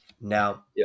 now